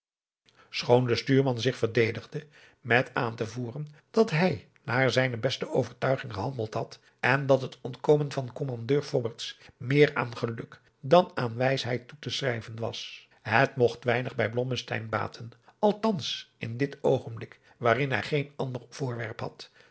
schoon de stuurman zich verdedigde met aan te voeren dat hij naar zijne beste overtuiging gehandeld had en dat het ontkomen van kommandeur fobberts meer aan geluk dan aan wjisheid toe te schrijven was het mogt weinig bij blommesteyn baten althans in dit oogenblik waarin hij geen ander voorwerp had